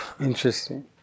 Interesting